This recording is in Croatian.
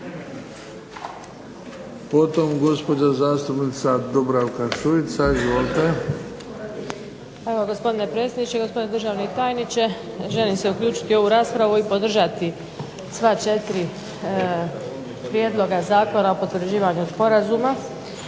Potom gospođa zastupnica Dubravka Šuica. Izvolite. **Šuica, Dubravka (HDZ)** Hvala, gospodine predsjedniče. Gospodine državni tajniče. Želim se uključiti u ovu raspravu i podržati sva četiri prijedloga zakona o potvrđivanju sporazuma.